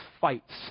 fights